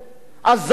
ולכן אני אומר,